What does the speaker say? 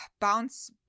bounce